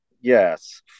Yes